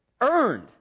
earned